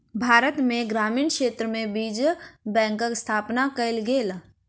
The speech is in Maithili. भारत में ग्रामीण क्षेत्र में बीज बैंकक स्थापना कयल गेल